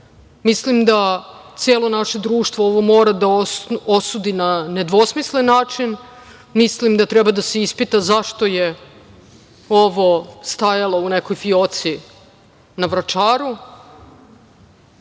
da celo naše društvo ovo mora da osudi na nedvosmislen način, mislim da treba da se ispita zašto je ovo stajalo u nekoj fioci na Vračaru